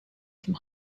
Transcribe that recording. from